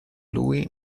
lui